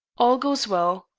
all goes well.